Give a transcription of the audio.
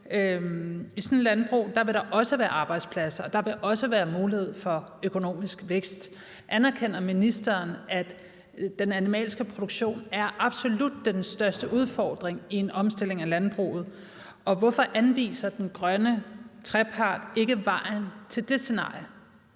I sådan et landbrug vil der også være arbejdspladser, og der vil også være mulighed for økonomisk vækst. Anerkender ministeren, at den animalske produktion er absolut den største udfordring i en omstilling af landbruget? Og hvorfor anviser den grønne trepart ikke vejen til det scenarie?